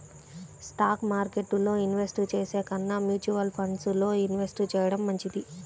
stock మార్కెట్టులో invest చేసే కన్నా మ్యూచువల్ ఫండ్స్ లో ఇన్వెస్ట్ చెయ్యడం మంచిది